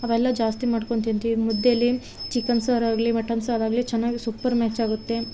ಅವೆಲ್ಲ ಜಾಸ್ತಿ ಮಾಡ್ಕೊಂಡು ತಿಂತೀವಿ ಮುದ್ದೇಲಿ ಚಿಕ್ಕನ್ ಸಾರಾಗಲಿ ಮಟನ್ ಸಾರಾಗಲಿ ಚೆನ್ನಾಗ್ ಸೂಪರ್ ಮ್ಯಾಚ್ ಆಗುತ್ತೆ